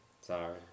Sorry